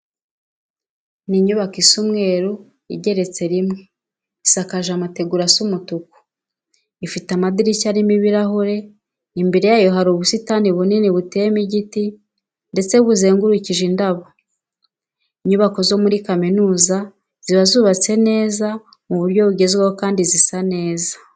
Ni inyubako isa umweru igeretse rimwe, isakaje amategura asa umutuku, ifite amadirishya arimo ibirahure. Imbere yayo hari ubusitani bunini buteyemo igiti ndetse buzengurukishije indabyo. Inyubako zo muri kaminuza ziba zubatse neza mu buryo bugezweho kandi zisa neza.